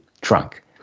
trunk